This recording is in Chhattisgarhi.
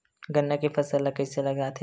गन्ना के फसल ल कइसे लगाथे?